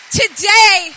today